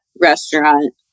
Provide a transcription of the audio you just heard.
restaurant